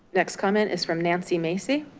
next comment is from nancy macy.